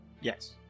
Yes